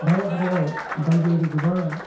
भारत हादराव बायदि बायदि गोबां